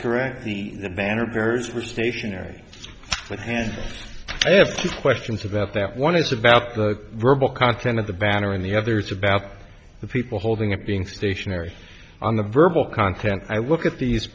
correct the banner bears were stationary with hands i have two questions about that one is about the verbal content of the banner and the others about the people holding it being stationary on the verbal content i look at these